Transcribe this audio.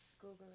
Google